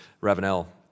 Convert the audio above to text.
Ravenel